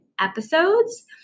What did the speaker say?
episodes